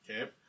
Okay